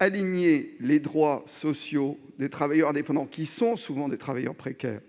d'aligner les droits sociaux des travailleurs indépendants, qui sont souvent des travailleurs précaires,